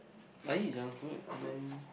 I eat junk food and then